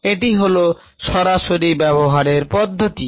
এটি হলো সরাসরি ব্যবহারের পদ্ধতি